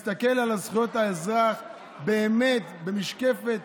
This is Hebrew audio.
הסתכל על זכויות האזרח באמת במשקפת